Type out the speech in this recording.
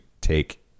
take